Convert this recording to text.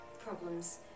problems